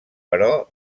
però